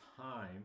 time